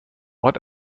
ort